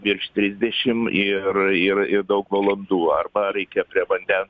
virš trisdešim ir ir ir daug valandų arba reikia prie vandens